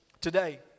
today